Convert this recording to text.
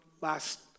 last